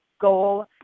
goal